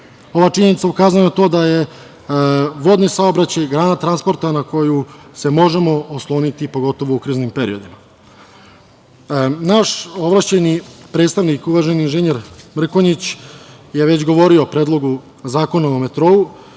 Ova činjenica ukazuje na to da je vodni saobraćaj, grana transporta na koju se možemo osloniti, pogotovo u kriznim periodima. Naš ovlašćeni predstavnik, uvaženi inženjer Mrkonjić, je već govorio o Predlogu zakona o metrou,